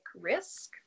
risk